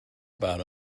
about